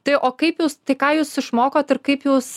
tai o kaip jūs tai ką jūs išmokot ir kaip jūs